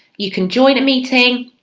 you can join a meeting,